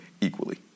equally